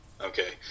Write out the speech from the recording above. Okay